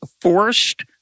forced